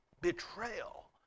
betrayal